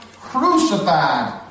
crucified